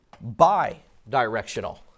bi-directional